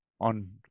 on